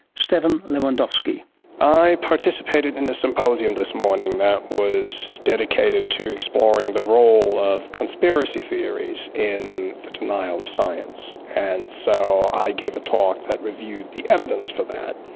stephen lewandowsky i participated in a symposium this morning that was dedicated to exploring the role of conspiracy theories in the denial of science. and so i gave a talk that reviewed the evidence for that,